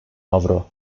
avro